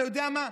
אתה יודע מה,